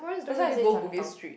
that's why I say Chinatown